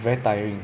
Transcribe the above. very tiring